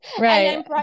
Right